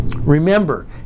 Remember